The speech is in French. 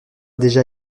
déjà